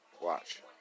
Watch